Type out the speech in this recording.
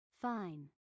Fine